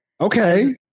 Okay